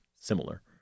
Similar